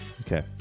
Okay